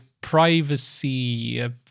privacy